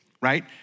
right